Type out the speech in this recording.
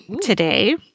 today